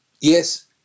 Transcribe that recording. yes